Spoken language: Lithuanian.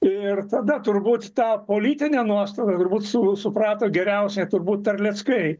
ir tada turbūt tą politinę nuostatą turbūt su suprato geriausiai turbūt terleckai